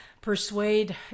persuade